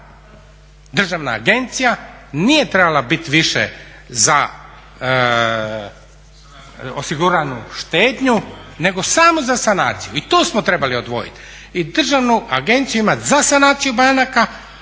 Državna agencija nije trebala biti više za osiguranu štednju nego samo za sanaciju i tu smo trebali odvojiti i državnu agenciju imat za sanaciju banaka